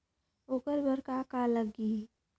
ओकर बर कौन का लगी?